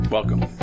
Welcome